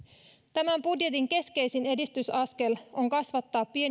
tämän budjetin keskeisin edistysaskel on kasvattaa pienituloisten ja